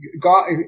God